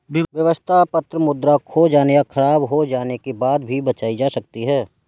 व्यवस्था पत्र मुद्रा खो जाने या ख़राब हो जाने के बाद भी बचाई जा सकती है